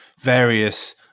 various